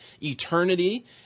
eternity